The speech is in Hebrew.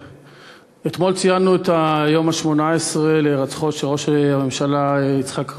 אתמול ציינו את יום השנה ה-18 להירצחו של ראש הממשלה יצחק רבין,